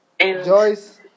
Joyce